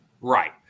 Right